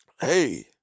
Hey